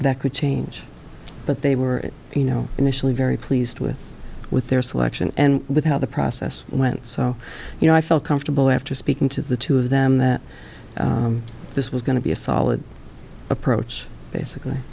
that could change but they were you know initially very pleased with with their selection and with how the process went so you know i felt comfortable after speaking to the two of them that this was going to be a solid approach